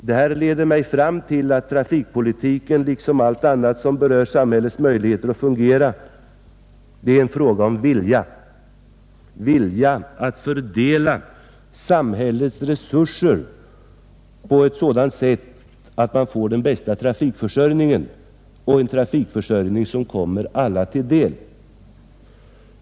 Detta leder mig fram till att trafikpolitiken — liksom allt annat som berör samhällets möjligheter att fungera — är en fråga om vilja, vilja att fördela samhällets resurser på ett sådant sätt att man får den bästa trafikförsörjningen, och en trafikförsörjning som kommer alla till del.